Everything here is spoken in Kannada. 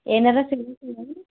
ಏನಾದ್ರು ಸೀರಿಯಸ್